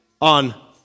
on